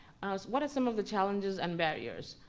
what are some of the challenges and barriers?